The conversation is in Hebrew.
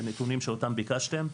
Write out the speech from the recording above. נתונים שאותם ביקשתם.